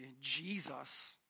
Jesus